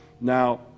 Now